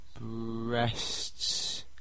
breasts